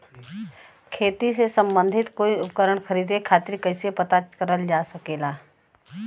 खेती से सम्बन्धित कोई उपकरण खरीदे खातीर कइसे पता करल जा सकेला?